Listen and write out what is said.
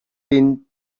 been